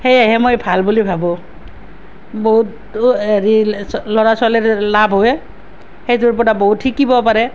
সেয়েহে মই ভাল বুলি ভাবোঁ বহুতো হেৰি ল'ৰা ছোৱালীৰ লাভ হয় সেইটোৰ পৰা বহুত শিকিব পাৰে